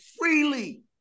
freely